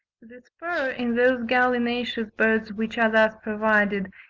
the spur, in those gallinaceous birds which are thus provided,